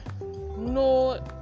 no